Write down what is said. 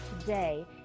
today